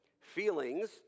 feelings